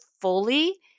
fully